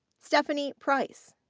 stephanie price.